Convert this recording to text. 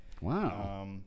Wow